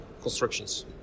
constructions